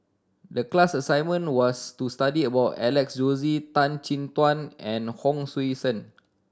the class assignment was to study about Alex Josey Tan Chin Tuan and Hon Sui Sen